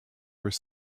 were